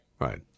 Right